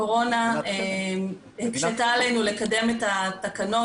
הקורונה הקשתה עלינו לקדם את התקנות